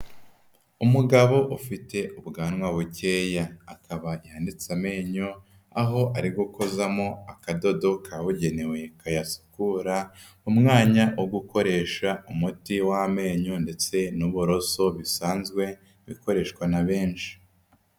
Umugabo ufite ubwanwa bukeya, akaba yanitse amenyo, aho ari gukozamo akadodo kabugenewe kayasukura umwanya wo gukoresha umuti w'amenyo ndetse n'uburoso bisanzwe bikoreshwa na benshi.